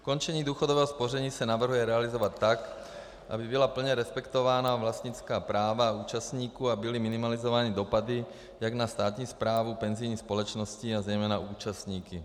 Ukončení důchodového spoření se navrhuje realizovat tak, aby byla plně respektována vlastnická práva účastníků a byly minimalizovány dopady jak na státní správu penzijní společnosti, a zejména účastníky.